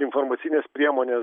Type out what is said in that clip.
informacines priemones